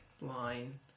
line